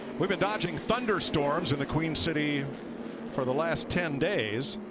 we've been dodging thunderstorms in the queen city for the last ten days.